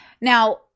Now